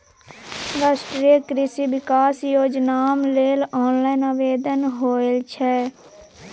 राष्ट्रीय कृषि विकास योजनाम लेल ऑनलाइन आवेदन होए छै